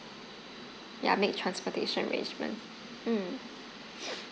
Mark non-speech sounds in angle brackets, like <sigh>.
ya make transportation arrangement mm <noise>